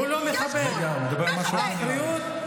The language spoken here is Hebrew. הוא מדבר על משהו אחר, נראה לי.